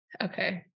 Okay